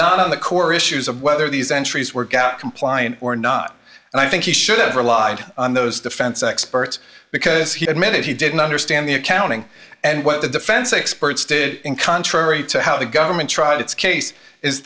not on the core issues of whether these entries were got compliant or not and i think he should have relied on those defense experts because he admitted he didn't understand the accounting and what the defense experts did and contrary to how the government tried its case is